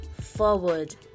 forward